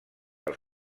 als